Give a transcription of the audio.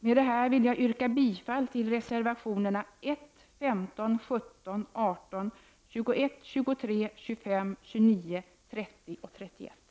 Med detta yrkar jag bifall till reservationerna 1, 15, 17, 18, 21,23:25, 29,30 OCK IL;